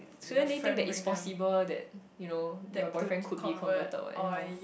shouldn't they think that it's possible that you know your boyfriend could be converted what ya